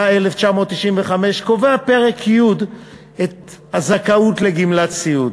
התשנ"ה 1995, קובע בפרק י' את הזכאות לגמלת סיעוד.